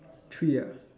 tree